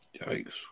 Yikes